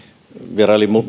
vierailin